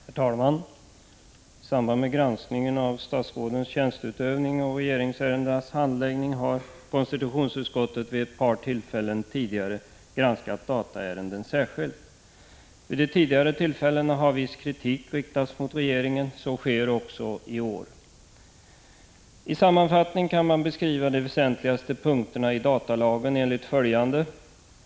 Herr talman! I samband med granskningen av statsrådens tjänsteutövning och regeringsärendenas handläggning har konstitutionsutskottet vid ett par tillfällen tidigare granskat dataärendena särskilt. Vid de tidigare tillfällena har viss kritik riktats mot regeringen. Så sker också i år. I sammanfattning kan man beskriva de väsentligaste punkterna i datalagen enligt följande.